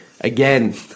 again